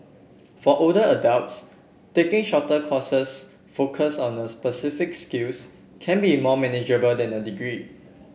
for older adults taking shorter courses focused on specific skills can be more manageable than a degree